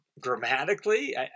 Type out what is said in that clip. grammatically